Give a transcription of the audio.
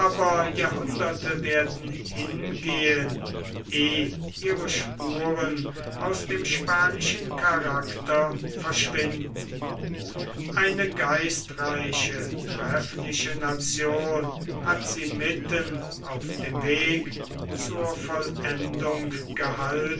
jahrhunderte werden hingehen ehe ihre spuren aus dem spanischen charakter verschwinden eine geistreiche treffliche nation hat sie mitten auf dem weg zur vollendung gehalten